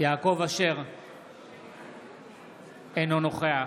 אינו נוכח